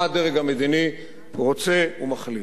מה הדרג המדיני רוצה ומחליט.